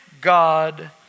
God